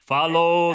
Follow